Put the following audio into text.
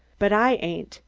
but i ain't,